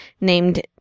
named